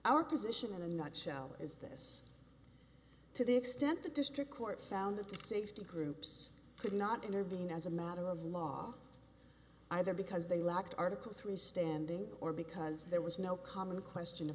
position in a nutshell is this to the extent the district court found that the safety groups could not intervene as a matter of law either because they lacked article three standing or because there was no common question